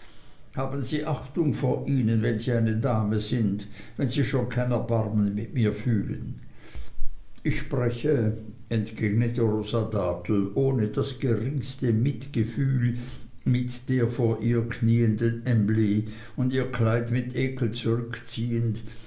haben sie achtung vor ihnen wenn sie eine dame sind wenn sie schon kein erbarmen mit mir fühlen ich spreche entgegnete rosa dartle ohne das geringste mitgefühl mit der vor ihr knieenden emly und ihr kleid mit ekel zurückziehend